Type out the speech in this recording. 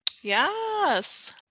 Yes